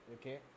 okay